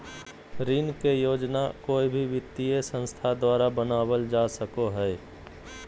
ऋण के योजना कोय भी वित्तीय संस्था द्वारा बनावल जा सको हय